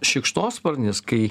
šikšnosparnis kai